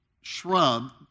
shrub